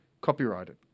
copyrighted